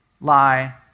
lie